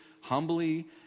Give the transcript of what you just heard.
humbly